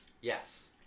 yes